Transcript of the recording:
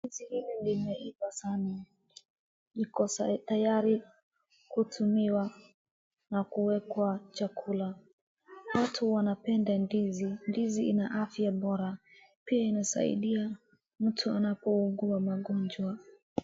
Ndizi hilo limeiva Sana. Liko tayari kutumiwa na kuwekwa chakula. Watu wanapenda ndizi. Ndizi ina afya bora na pia inasaidia mtu anapougua magonjwa.